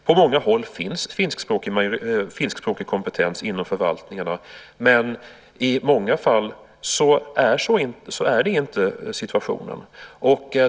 På många håll finns finskspråkig kompetens inom förvaltningarna, men i många fall är det inte situationen.